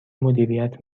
مدیریت